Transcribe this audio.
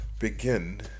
begin